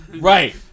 Right